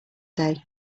day